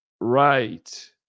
Right